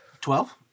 Twelve